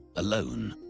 alone,